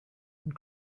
and